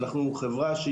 אנחנו חברה,